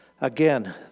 Again